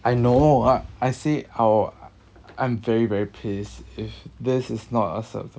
I know I say I will I'm very very pissed if this is not accepted